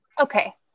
Okay